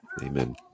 amen